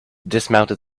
dismounted